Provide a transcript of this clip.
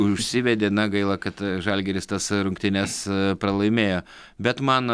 užsivedė na gaila kad žalgiris tas rungtynes pralaimėjo bet man